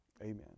Amen